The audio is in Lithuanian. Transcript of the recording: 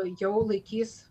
jau laikys